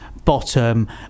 bottom